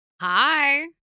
Hi